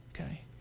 okay